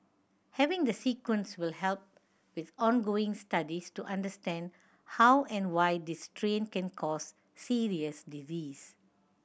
having the sequence will help with ongoing studies to understand how and why this strain can cause serious disease